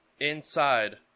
inside